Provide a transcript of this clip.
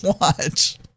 watch